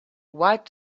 white